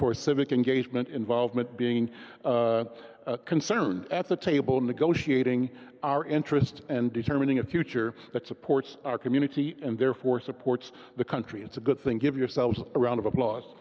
for civic engagement involvement being concerned at the table negotiating our interest and determining a future that supports our community and therefore supports the country it's a good thing give yourselves a round of applause